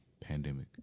pandemic